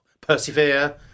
Persevere